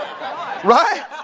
Right